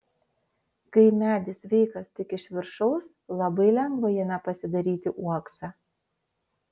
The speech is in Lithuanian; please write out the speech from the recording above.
kai medis sveikas tik iš viršaus labai lengva jame pasidaryti uoksą